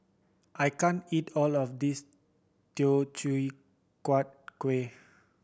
I can't eat all of this Teochew Huat Kuih